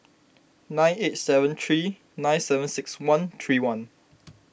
nine eight seven three nine seven six one three one